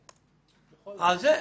על זה דובר,